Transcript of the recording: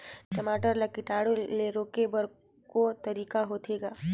टमाटर ला कीटाणु ले रोके बर को तरीका होथे ग?